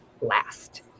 last